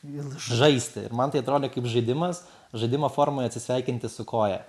vėl žaisti ir man tai atrodė kaip žaidimas žaidimo formoj atsisveikinti su koja